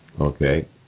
Okay